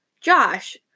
Josh